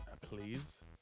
please